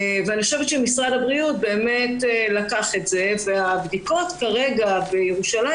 משרד הבריאות באמת לקח את זה על עצמו והבדיקות כרגע בירושלים